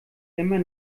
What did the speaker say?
immer